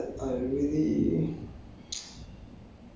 mm 然后我觉得我也没有什么东西